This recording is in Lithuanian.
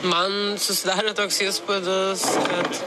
man susidarė toks įspūdis kad